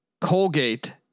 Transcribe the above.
Colgate